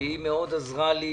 היא מאוד עזרה לי,